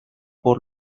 por